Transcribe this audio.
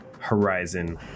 Horizon